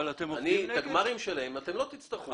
את הגמרים שלהם אתם לא תצטרכו.